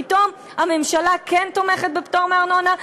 פתאום הממשלה כן תומכת בפטור מארנונה?